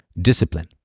discipline